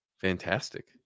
fantastic